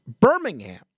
Birmingham